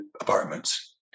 apartments